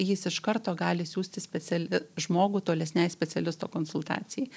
jis iš karto gali siųsti speciali žmogų tolesnei specialisto konsultacijai